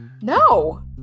no